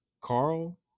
Carl